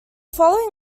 following